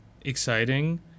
exciting